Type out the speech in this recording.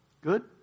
Good